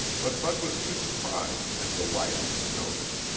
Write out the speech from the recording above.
but bud was too surprised and delighted to notice.